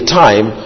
time